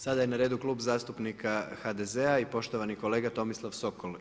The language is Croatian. Sada je na redu Klub zastupnika HDZ-a i poštovani kolega Tomislav Sokol.